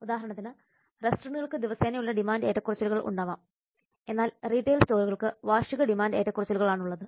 ഉദാഹരണത്തിന് റെസ്റ്റോറന്റുകൾക്ക് ദിവസേനയുള്ള ഡിമാൻഡ് ഏറ്റക്കുറച്ചിലുകൾ ഉണ്ടാകും എന്നാൽ റീട്ടെയിൽ സ്റ്റോറുകൾക്ക് വാർഷിക ഡിമാൻഡ് ഏറ്റക്കുറച്ചിലുകളാണുള്ളത്